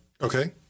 Okay